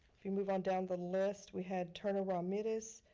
if you move on down the list we had turner ramirez.